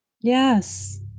Yes